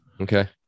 okay